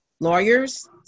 lawyers